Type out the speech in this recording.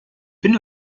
bin